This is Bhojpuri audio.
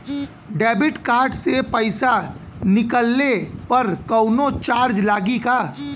देबिट कार्ड से पैसा निकलले पर कौनो चार्ज लागि का?